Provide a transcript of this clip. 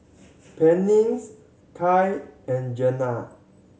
Pennies Kai and Jenna